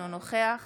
אינו נוכח